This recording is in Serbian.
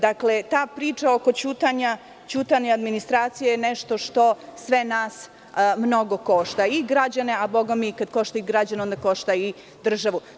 Dakle, ta priča oko ćutanja administracije je nešto što sve nas mnogo košta, i građane, a bogami, kad košta građane, košta i državu.